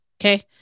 Okay